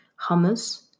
hummus